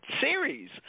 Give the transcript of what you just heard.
series